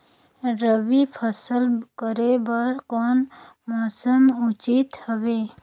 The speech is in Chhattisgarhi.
रबी फसल करे बर कोन मौसम उचित हवे?